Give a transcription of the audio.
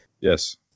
Yes